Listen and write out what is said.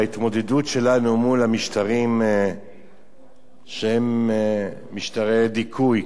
ההתמודדות שלנו מול המשטרים שהם משטרי דיכוי,